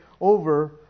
over